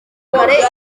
kare